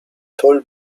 tall